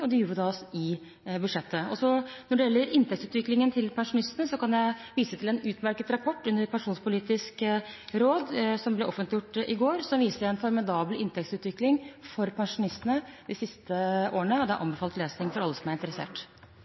og det gjør vi altså i budsjettet. Når det gjelder inntektsutviklingen til pensjonistene, kan jeg vise til en utmerket rapport under Arbeidslivs- og pensjonspolitisk råd. Den ble offentliggjort i går og viser en formidabel inntektsutvikling for pensjonistene de siste årene. Det er anbefalt lesning for alle som er interessert.